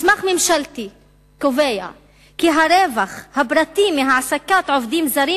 מסמך ממשלתי קובע כי הרווח הפרטי מהעסקת עובדים זרים